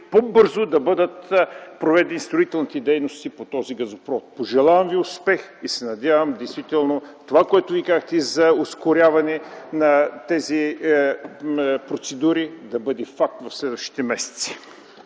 по-бързо да бъдат проведени строителните дейности по този газопровод. Пожелавам ви успех и се надявам действително това, което Вие казахте, за ускоряване на тези процедури, да бъде факт в следващите месеци.